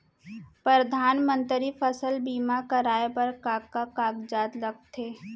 परधानमंतरी फसल बीमा कराये बर का का कागजात लगथे?